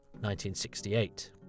1968